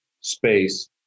space